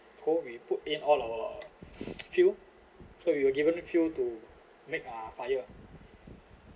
hole we put in all our fuel so we were given fuel to make a fire